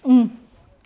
mm